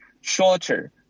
shorter